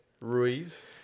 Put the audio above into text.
Ruiz